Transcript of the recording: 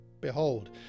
Behold